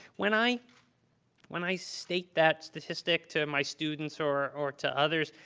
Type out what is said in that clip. when i when i state that statistic to my students or or to others,